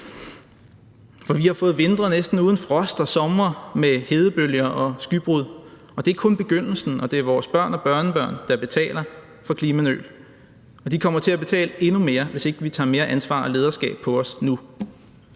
for vi har fået vintre næsten uden frost og somre med hedebølger og skybrud – og det er kun begyndelsen. Det er vores børn og børnebørn, der betaler for klimanøl, og de kommer til at betale endnu mere, hvis ikke vi tager mere ansvar og lederskab på os nu.